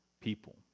people